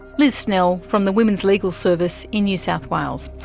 liz snell from the women's legal service in new south wales.